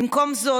במקום זאת,